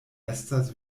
estas